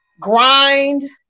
grind